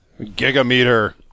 Gigameter